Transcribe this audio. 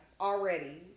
already